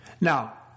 Now